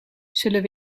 zullen